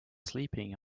sleeping